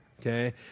Okay